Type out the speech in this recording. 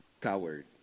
coward